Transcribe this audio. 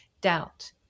doubt